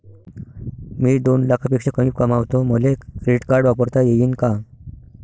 मी दोन लाखापेक्षा कमी कमावतो, मले क्रेडिट कार्ड वापरता येईन का?